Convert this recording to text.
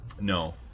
No